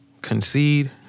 concede